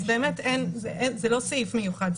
אז באמת זה לא סעיף מיוחד.